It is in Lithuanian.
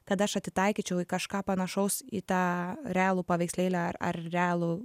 kad aš atitaikyčiau į kažką panašaus į tą realų paveikslėlį ar ar realų